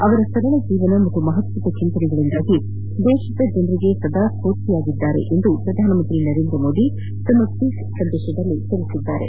ಅವರ ಸರಳ ಜೀವನ ಹಾಗೂ ಮಹತ್ತರ ಚಿಂತನೆಗಳಿಂದ ದೇತದ ಜನರಿಗೆ ಸದಾ ಸ್ಕೂರ್ತಿಯಾಗಿದ್ದಾರೆಂದು ಪ್ರಧಾನಮಂತ್ರಿ ನರೇಂದ್ರಮೋದಿ ತಮ್ಮ ಟ್ವೀಟ್ನಲ್ಲಿ ತಿಳಿಸಿದ್ದಾರೆ